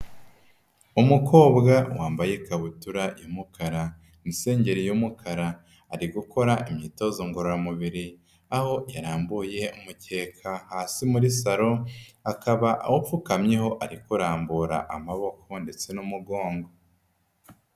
Umukobwa wambaye ikabutura y'umukara n'isengeri y'umukara, ari gukora imyitozo ngororamubiri. Aho yarambuye umukeka hasi muri saro, akaba awupfukamyeho ari kurambura amaboko ndetse n'umugongo.